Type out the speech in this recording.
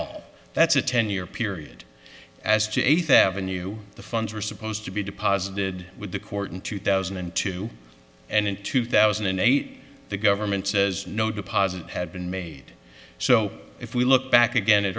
all that's a ten year period as to eighth avenue the funds were supposed to be deposited with the court in two thousand and two and in two thousand and eight the government says no deposit had been made so if we look back again at